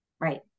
Right